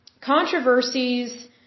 Controversies